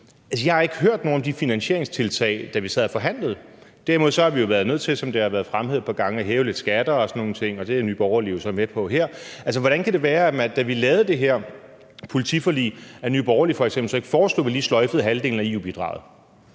så ikke har hørt om nogen af de finansieringstiltag. Derimod har vi jo været nødt til, som det har været fremhævet et par gange, at hæve lidt skatter og sådan nogle ting, og det er Nye Borgerlige jo så med på her. Altså, hvordan kan det være, at Nye Borgerlige, da vi lavede det her politiforlig, f.eks. så ikke foreslog, at vi lige sløjfede halvdelen af EU-bidraget